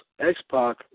X-Pac